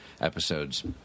episodes